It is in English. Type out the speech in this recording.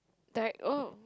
Derrick oh